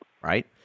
Right